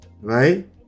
right